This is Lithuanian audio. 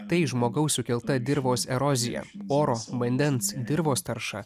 tai žmogaus sukelta dirvos erozija oro vandens dirvos tarša